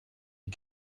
die